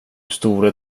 store